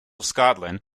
scotland